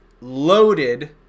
loaded